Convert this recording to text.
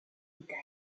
détail